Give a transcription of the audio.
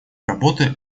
работы